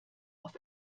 auf